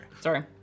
sorry